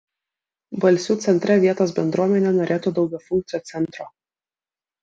balsių centre vietos bendruomenė norėtų daugiafunkcio centro